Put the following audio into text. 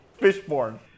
fishborn